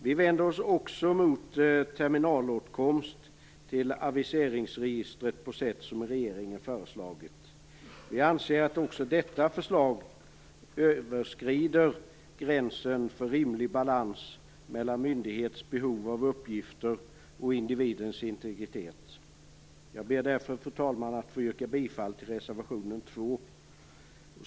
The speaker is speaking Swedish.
Vi vänder oss också mot terminalåtkomst till aviseringsregistret på det sätt som regeringen föreslagit. Vi anser att även detta förslag överskrider gränsen för rimlig balans mellan myndighets behov av uppgifter och individens integritet. Jag ber därför, fru talman, att få yrka bifall till reservation 2.